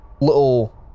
little